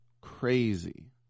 crazy